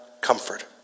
comfort